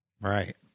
Right